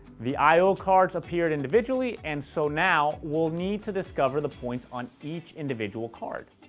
the i o cards appeared individually, and so now we'll need to discover the points on each individual card.